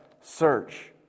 search